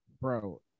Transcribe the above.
Bro